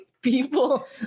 people